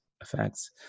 effects